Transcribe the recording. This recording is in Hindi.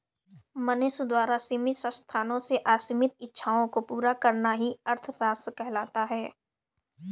मनुष्य द्वारा सीमित संसाधनों से असीमित इच्छाओं को पूरा करना ही अर्थशास्त्र कहलाता है